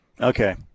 Okay